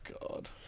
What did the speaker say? God